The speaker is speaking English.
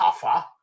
tougher